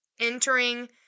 Entering